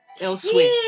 Elsewhere